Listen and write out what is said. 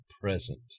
present